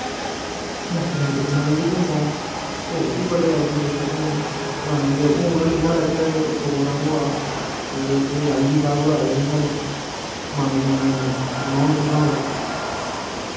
नच्चने कूदने दा बी होंदा होर बी बड़े एडमनिस्ट्रेशन करांदी ऐ हून आह्ली साढ़े इत्थै इक प्रोग्राम होआ ते उत्थै ऐल्ल जी साहब होर आए दे हे साढ़े माननिये मनोज सिन्हा होर